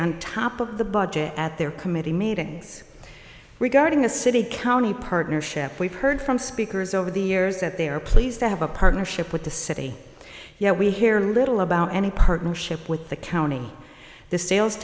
on top of the budget at their committee meetings regarding a city county partnership we've heard from speakers over the years that they are pleased to have a partnership with the city you know we hear little about any partnership with the county the sales